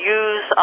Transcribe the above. use